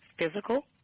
physical